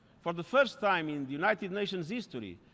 for the first time in united nations history,